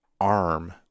arm